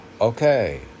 okay